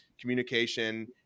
communication